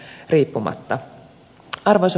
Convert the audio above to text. arvoisa puhemies